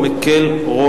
סגן שר